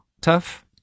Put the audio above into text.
tough